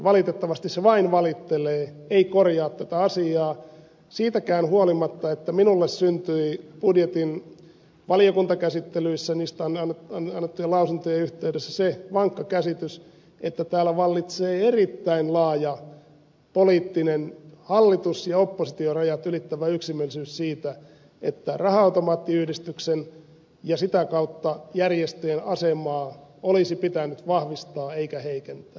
valitettavasti se vain valittelee ei korjaa tätä asiaa siitäkään huolimatta että minulle syntyi budjetin valiokuntakäsittelyissä niistä annettujen lausuntojen yhteydessä se vankka käsitys että täällä vallitsee erittäin laaja poliittinen hallitusoppositio rajat ylittävä yksimielisyys siitä että raha automaattiyhdistyksen ja sitä kautta järjestöjen asemaa olisi pitänyt vahvistaa eikä heikentää